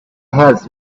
has